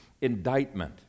indictment